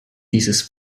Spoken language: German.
dieses